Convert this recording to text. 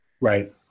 right